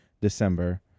December